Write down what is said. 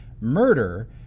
murder